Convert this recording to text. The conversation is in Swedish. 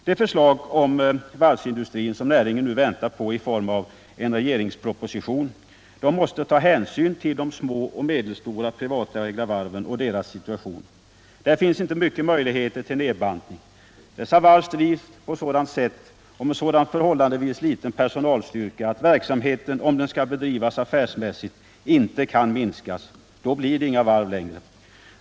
Det förslag om varvsindustrin som näringen nu väntar på i form av en regeringsproposition måste ta hänsyn till de små och medelstora privatägda varven och deras situation. Där finns inte några stora möjligheter till nedbantning. Dessa varv drivs på ett sådant sätt och med en förhållandevis så liten personalstyrka att verksamheten, om den skall bedrivas affärsmässigt, inte kan minskas. Då blir de inga varv längre.